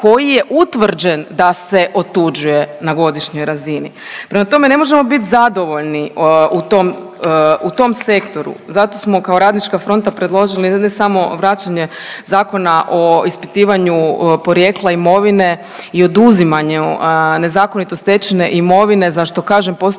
koji je utvrđen da se otuđuje na godišnjoj razini. Prema tome, ne možemo bit zadovoljni u tom sektoru. Zato smo kao Radnička fronta predložili ne samo vraćanje Zakona o ispitivanju porijekla imovine i oduzimanju nezakonito stečene imovine za što kažem postoji